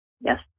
Yes